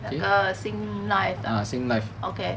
那个 singlife 的 ah